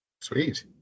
Sweet